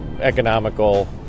Economical